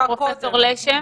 לא אמרתי שזה ייקח שבועיים.